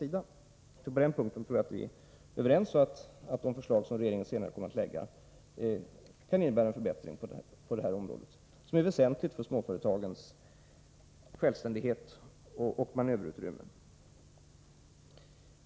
Jag tror att vi är överens om att de förslag som regeringen senare kommer att lägga fram kan innebära en förbättring på detta område, som är väsentligt för småföretagens självständighet och manöverutrymme.